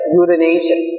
urination